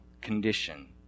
condition